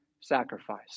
sacrifice